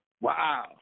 Wow